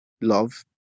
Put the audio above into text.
love